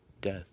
death